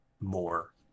more